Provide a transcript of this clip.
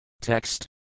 Text